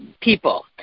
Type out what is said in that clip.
people